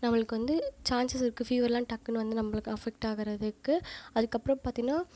நம்மளுக்கு வந்து சான்சஸ் இருக்குது ஃபீவர்லாம் டக்குனு வந்து நம்மளுக்கு அஃபெக்ட் ஆகுறதுக்கு அதுக்கப்புறம் பாத்தோன்னா